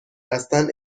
هستند